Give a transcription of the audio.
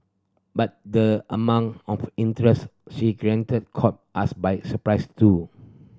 but the amount of interest she generated caught us by surprise too